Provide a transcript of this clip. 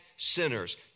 Sinners